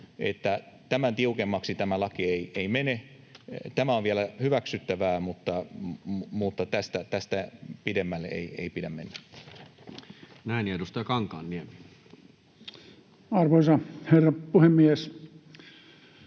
tämän tiukemmaksi tämä laki ei mene. Tämä on vielä hyväksyttävää, mutta tästä pidemmälle ei pidä mennä. [Speech 80] Speaker: Toinen varapuhemies